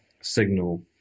signal